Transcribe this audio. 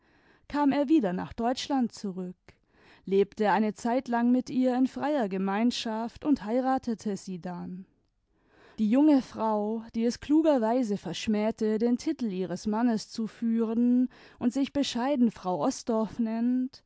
kam er wieder nach deutschland zurück lebte eine zeitlang mit ihr in freier gemeinschaft und heiratete sie dann die junge frau die es klugerweise verschmähte den titel ihres mannes zu führen imd sich bescheiden frau osdorf nennt